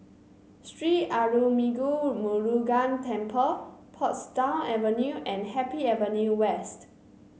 Sri Arulmigu Murugan Temple Portsdown Avenue and Happy Avenue West